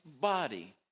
body